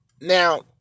now